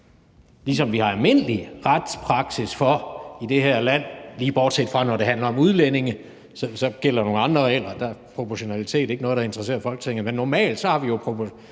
som vi har almindelig retspraksis for i det her land – lige bortset fra når det handler om udlændinge, hvor der så gælder nogle andre regler og proportionalitet ikke er noget, der interesserer Folketinget. Men normalt har vi jo